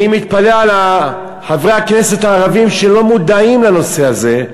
אני מתפלא על חברי הכנסת הערבים שלא מודעים לנושא הזה,